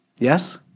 Yes